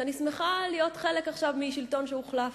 ואני שמחה להיות עכשיו חלק משלטון שהוחלף.